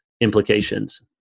implications